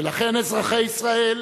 ולכן, אזרחי ישראל,